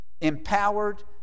empowered